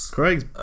Craig's